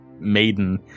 maiden